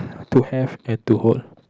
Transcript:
to have and to hold